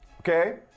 Okay